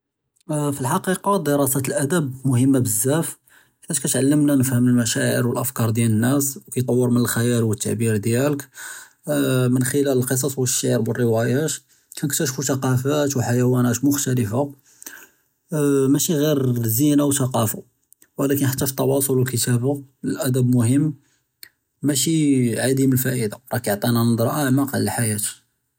פַלחַקִיקַה דִרַאסַת אֶלְאַדַבּ מֻהִימָּה בְּזַאף בַּאסְקוֹ תְּעַלְּמְנַא נְפְהְם אֶלְמְשַאעִיר וְאֶלְאַפְקַאר דִיַאל נַאס יְטַווַר מִן אֶלְחִיַאל וְאֶת־תַעְבִּיר דִיַאלֶך אה מִן חֻ'לַאל אֶלְקִصַּص וְאֶשְׁשְעַר וְאֶלְרִוַايַאת נִכְתַאשְפוּ תַּקַאוּפַאת וְחַיוֹנַאת מֻכְתַלִיפָה אה מַאשִי גִּיר לְלְזִינָה וְאֶלְתַּקַאלַה וּלָקִין חַתّى פִתְתוַאסוּל וְאֶלְכִּתַּאבָּה אֶלְאַדַבּ מֻהִימּ מַאשִי עֲדִים אֶלְפַאאִידָה רַאה כּיַעְטִינَا נَظْرַה אַעְמَق עַלَى אֶלְחַיַاة.